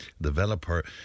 developer